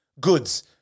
Goods